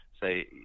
say